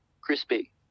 crispy